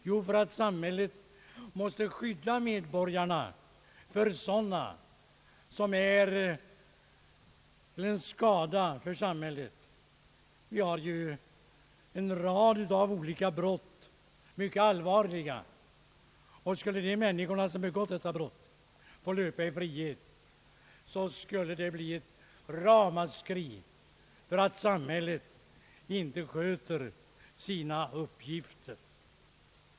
Jo, för att samhället måste skydda medborgarna från sådana människor som är till skada för samhället. Det finns en rad olika brott — några mycket allvarliga — och om de människor som begått dessa brott fick löpa i frihet skulle det upphävas ett ramaskri för att samhället inte sköter sina uppgifter.